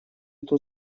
тут